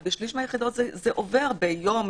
ובשליש מהיחידות זה עובר תוך יום,